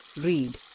Read